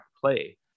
play